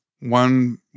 One